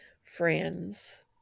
friends